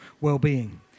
well-being